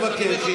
מבקש.